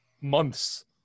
months